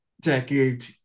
decade